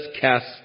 cast